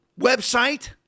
website